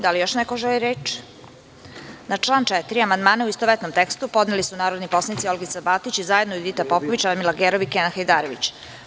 Da li još neko želi reč? (Ne) Na član 4. amandmane u istovetnom tekstu podneli su narodni poslanici Olgica Batić i zajedno Judita Popović, Radmila Gerov i Kenan Hajdarević.